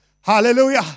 Hallelujah